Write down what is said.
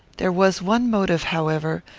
there was one motive, however,